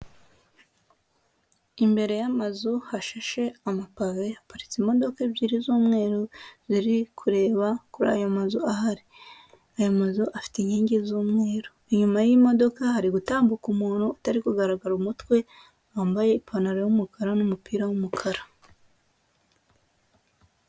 Imbere y'amazu hashashe amapave, haparitse imodoka ebyiri z'umweru ziri kureba kuri aya mazu ahari, aya mazu afite inkingi z'umweru, inyuma y'imodoka hari gutambuka umuntu utari kugaragara umutwe, wambaye ipantaro y'umukara n'umupira w'umukara.